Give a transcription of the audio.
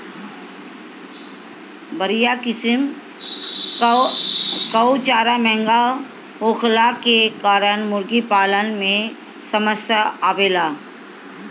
बढ़िया किसिम कअ चारा महंगा होखला के कारण मुर्गीपालन में समस्या आवेला